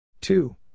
two